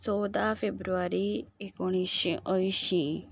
चवदा फेब्रुवारी एकोणीशे अंयशीं